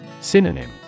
Synonym